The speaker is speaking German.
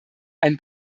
ein